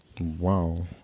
Wow